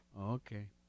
Okay